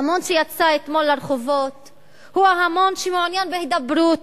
ההמון שיצא אתמול לרחובות הוא ההמון שמעוניין בהידברות,